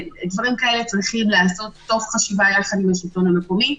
שדברים כאלה צריכים לעשות תוך חשיבה עם השלטון המקומי,